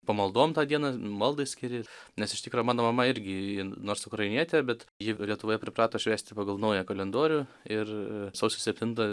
pamaldom tą dieną maldai skiri nes iš tikro mano mama irgi nors ukrainietė bet ji lietuvoje priprato švęsti pagal naują kalendorių ir sausio septintą